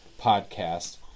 podcast